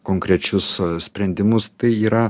konkrečius sprendimus tai yra